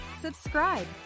subscribe